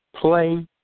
play